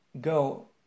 go